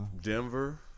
Denver